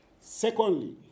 Secondly